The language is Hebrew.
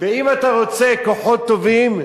אם אתה רוצה כוחות טובים,